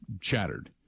chattered